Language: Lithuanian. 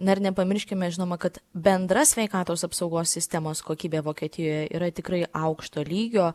na ir nepamirškime žinoma kad bendra sveikatos apsaugos sistemos kokybė vokietijoje yra tikrai aukšto lygio